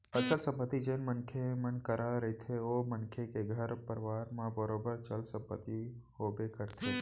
अचल संपत्ति जेन मनखे मन करा रहिथे ओ मनखे के घर परवार म बरोबर चल संपत्ति होबे करथे